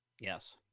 Yes